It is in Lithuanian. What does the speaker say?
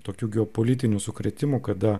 tokių geopolitinių sukrėtimų kada